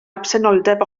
absenoldeb